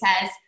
says